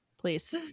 Please